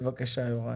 בבקשה יוראי.